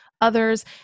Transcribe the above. others